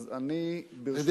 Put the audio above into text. אז אני, אבל,